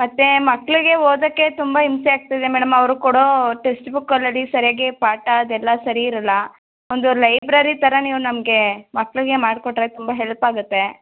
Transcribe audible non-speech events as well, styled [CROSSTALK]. ಮತ್ತು ಮಕ್ಕಳಿಗೆ ಓದೋಕ್ಕೆ ತುಂಬ ಹಿಂಸೆ ಆಗ್ತಿದೆ ಮೇಡಮ್ ಅವ್ರು ಕೊಡೋ ಟೆಸ್ಟ್ಬುಕ್ [UNINTELLIGIBLE] ಸರಿಯಾಗಿ ಪಾಠ ಅದೆಲ್ಲ ಸರಿ ಇರೋಲ್ಲ ಒಂದು ಲೈಬ್ರೆರಿ ಥರ ನೀವು ನಮಗೆ ಮಕ್ಕಳಿಗೆ ಮಾಡಿಕೊಟ್ರೆ ತುಂಬ ಹೆಲ್ಪ್ ಆಗುತ್ತೆ